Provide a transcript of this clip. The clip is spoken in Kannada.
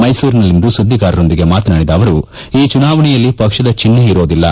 ಮೈಸೂರಿನಲ್ಲಿಂದು ಸುದ್ದಿಗಾರರೊಂದಿಗೆ ಮಾತನಾಡಿದ ಅವರು ಈ ಚುನಾವಣೆಯಲ್ಲಿ ಪಕ್ಷದ ಚಿಹ್ನೆ ಇರೋದಿಲ್ಲ